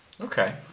Okay